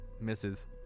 Misses